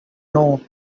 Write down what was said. know